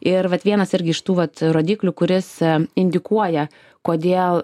ir vat vienas irgi iš tų vat rodiklių kuris indikuoja kodėl